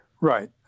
Right